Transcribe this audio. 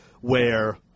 where-